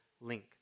link